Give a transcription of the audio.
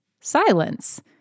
silence